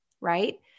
right